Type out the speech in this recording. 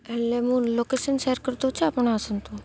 ହେଲେ ମୁଁ location share କରିଦେଉଛି ଆପଣ ଆସନ୍ତୁ